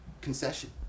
concession